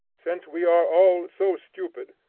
since we are all so stupid,